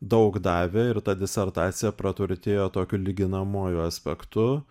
daug davė ir ta disertacija praturtėjo tokiu lyginamuoju aspektu